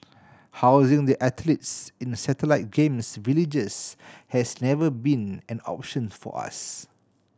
housing the athletes in the satellite Games Villages has never been an option for us